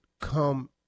come